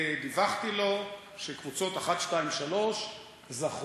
ודיווחתי לו שקבוצות אחת, שתיים, שלוש זכו.